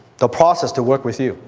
the process to work with you.